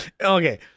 okay